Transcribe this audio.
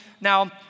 Now